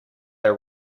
our